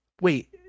Wait